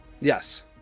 Yes